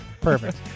Perfect